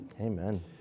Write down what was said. Amen